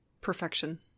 Perfection